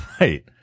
right